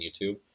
YouTube